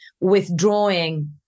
withdrawing